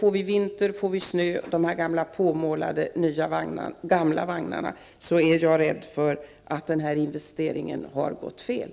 När vintern och snön kommer och vi bara har de gamla ommålade vagnarna, är jag rädd för att den här investeringen har slagit fel.